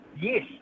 Yes